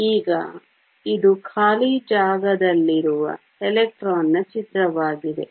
ಈಗ ಇದು ಖಾಲಿ ಜಾಗದಲ್ಲಿರುವ ಎಲೆಕ್ಟ್ರಾನ್ ನ ಚಿತ್ರವಾಗಿದೆ